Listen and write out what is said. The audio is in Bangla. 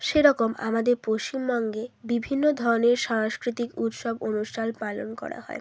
সেরকম আমাদের পশ্চিমবঙ্গে বিভিন্ন ধরনের সাংস্কৃতিক উৎসব অনুষ্ঠান পালন করা হয়